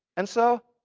and so,